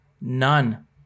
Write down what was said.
none